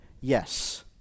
Yes